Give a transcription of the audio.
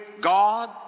God